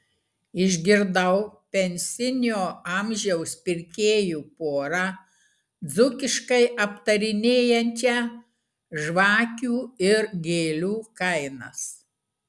išgirdau pensinio amžiaus pirkėjų porą dzūkiškai aptarinėjančią žvakių ir gėlių kainas